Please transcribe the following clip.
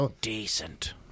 Decent